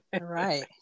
Right